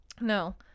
No